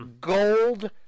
gold